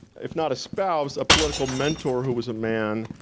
if not a spouse, a political mentor who was a man,